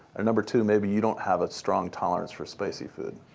and number two, maybe you don't have a strong tolerance for spicy food.